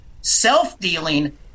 self-dealing